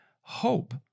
hope